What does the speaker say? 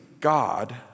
God